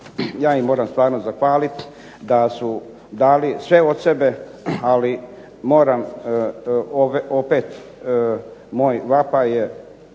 ja im moram stvarno zahvaliti da su dali sve od sebe, ali moram opet moj vapaj